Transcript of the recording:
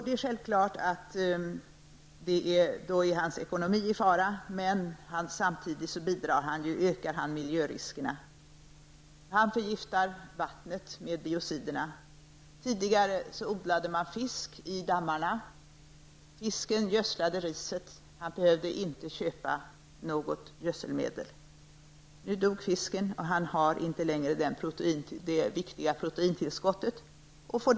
Då kommer bondens ekonomi farozonen samtidigt som han ökar miljöriskerna. Han förgiftar vattnet med biociderna. Tidigare odlade man fisk i dammarna. Fisken gödslade riset. Bonden behövde inte köpa gödselmedel. Nu dog fisken, och bonden har inte längre det viktiga proteintillskott som fisken innebär.